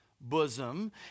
bosom